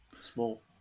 Small